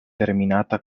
terminata